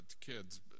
kids